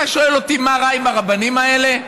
אתה שואל אותי מה רע עם הרבנים האלה?